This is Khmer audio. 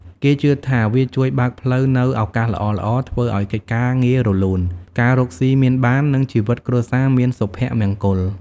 គេជឿថាវាជួយបើកផ្លូវនូវឱកាសល្អៗ ធ្វើឲ្យកិច្ចការងាររលូន ការរកស៊ីមានបាន និងជីវិតគ្រួសារមានសុភមង្គល។